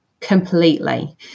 completely